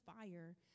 fire